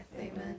Amen